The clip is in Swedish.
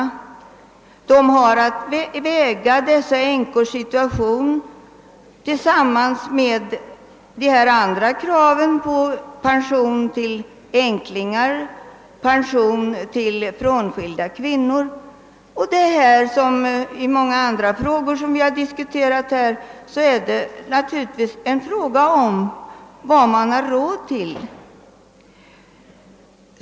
Kommittén har att väga dessa änkors situation tillsammans med de andra kraven på pension: till änklingar, till frånskilda kvinnor m.fl. I denna som i många andra frågor som vi har diskuterat måste man naturligtvis rätta sig efter vad man har råd till.